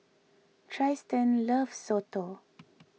Tristin loves Soto